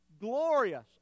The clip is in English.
glorious